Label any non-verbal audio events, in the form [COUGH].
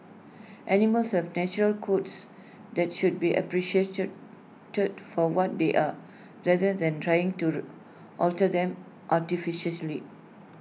animals have natural coats that should be appreciated [UNINTELLIGIBLE] for what they are rather than trying to [UNINTELLIGIBLE] alter them artificially